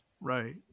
Right